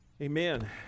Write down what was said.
amen